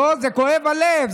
לא, כואב הלב.